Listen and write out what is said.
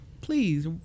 Please